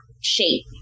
shape